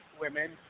women